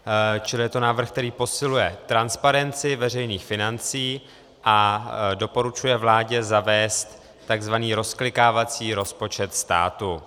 Čili je to návrh, který posiluje transparenci veřejných financí a doporučuje vládě zavést tzv. rozklikávací rozpočet státu.